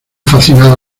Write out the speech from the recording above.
fascinado